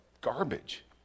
garbage